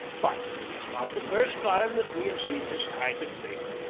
but it is not the first time that we have seen this kind of thing,